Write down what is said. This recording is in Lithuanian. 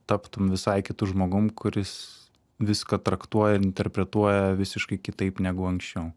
taptum visai kitu žmogum kuris viską traktuoja interpretuoja visiškai kitaip negu anksčiau